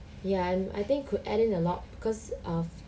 ya and I think could add in a lot because of